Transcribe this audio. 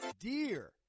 Dear